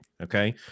Okay